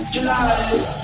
July